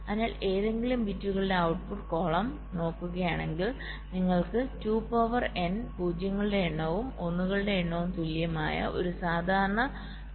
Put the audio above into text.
അതിനാൽ ഏതെങ്കിലും ബിറ്റുകളുടെ ഔട്ട്പുട്ട് കോളം നോക്കുകയാണെങ്കിൽ നിങ്ങൾക്ക് 2 പവർ n പൂജ്യങ്ങളുടെ എണ്ണവും ഒന്നുകളുടെ എണ്ണവും തുല്യമായ ഒരു സാധാരണ ട്രൂട്ട് ടേബിൾ കാണാം